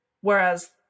whereas